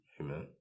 Amen